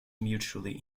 mutually